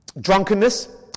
drunkenness